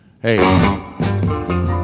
Hey